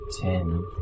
Ten